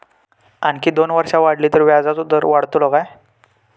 आणखी दोन वर्षा वाढली तर व्याजाचो दर वाढतलो काय?